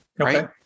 Okay